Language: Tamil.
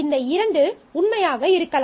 இந்த 2 உண்மையாக இருக்கலாம்